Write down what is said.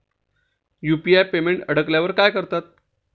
UPI payment अडकल्यावर काय करतात?